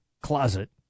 Closet